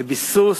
לביסוס,